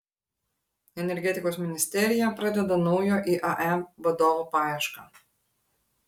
energetikos ministerija pradeda naujo iae vadovo paiešką